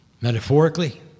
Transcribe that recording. Metaphorically